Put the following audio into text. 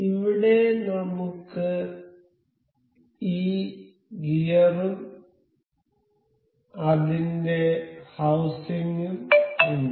ഇവിടെ നമുക്ക് ഈ ഗിയർ ഉം അതിൻ്റെ ഹൌസിങ് ഉം ഉണ്ട്